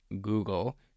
google